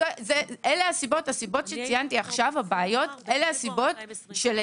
הבעיות שציינתי עכשיו אלה הסיבות שבגללן,